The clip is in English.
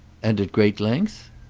and at great length?